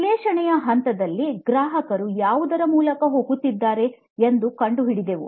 ವಿಶ್ಲೇಷಣೆಯ ಹಂತದಲ್ಲಿ ಗ್ರಾಹಕರು ಯಾವುದರ ಮೂಲಕ ಹೋಗುತ್ತಿದ್ದಾರೆ ಎಂದು ಕಂಡುಹಿಡಿದೆವು